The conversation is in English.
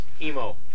Emo